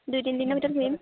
দুই তিনিদিনৰ ভিতৰত ঘূৰিম